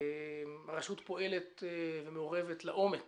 הרשות פועלת ומעורבת לעומק